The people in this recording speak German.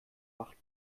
wacht